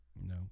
No